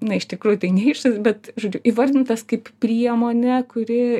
na iš tikrųjų tai neišras bet žodžiu įvardintas kaip priemonė kuri